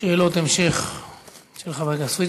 שאלות המשך של חבר הכנסת פריג'.